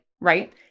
right